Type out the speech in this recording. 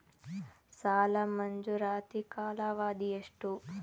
ಸಾಲ ಮಂಜೂರಾತಿ ಕಾಲಾವಧಿ ಎಷ್ಟು?